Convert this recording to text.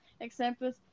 examples